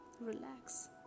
relax